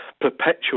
perpetuate